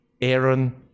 Aaron